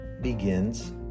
begins